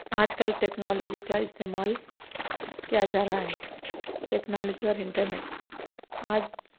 آج کل ٹیکنالوجی کا استعمال کیا جا رہا ہے ٹیکنالوجی اور انٹرنیٹ آج